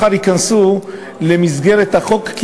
מחר ייכנסו למסגרת החוק?